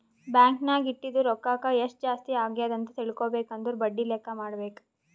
bank ನಾಗ್ ಇಟ್ಟಿದು ರೊಕ್ಕಾಕ ಎಸ್ಟ್ ಜಾಸ್ತಿ ಅಗ್ಯಾದ್ ಅಂತ್ ತಿಳ್ಕೊಬೇಕು ಅಂದುರ್ ಬಡ್ಡಿ ಲೆಕ್ಕಾ ಮಾಡ್ಬೇಕ